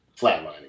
flatlining